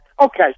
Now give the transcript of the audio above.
okay